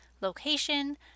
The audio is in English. location